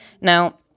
now